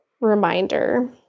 reminder